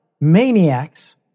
maniacs